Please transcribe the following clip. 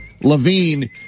Levine